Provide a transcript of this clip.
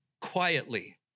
quietly